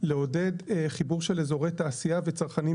על לעודד חיבור של אזורי תעשייה וצרכנים